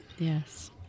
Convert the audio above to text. Yes